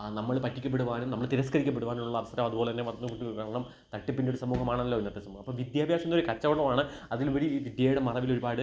ആ നമ്മള് പറ്റിക്കപെടുവാനും നമ്മള് തിരസ്കരിക്കപ്പെടുവാനുവുള്ള അവസരം അതുപോലെതന്നെ വന്നുകൊണ്ടു കാരണം തട്ടിപ്പിൻറ്റൊരു സമൂഹമാണല്ലോ ഇന്നത്തെ സമൂഹം അപ്പോള് വിദ്യാഭ്യാസം ഇന്നൊരു കച്ചവടമാണ് അതിലുപരി ഈ വിദ്യയുടെ മറവിൽ ഒരുപാട്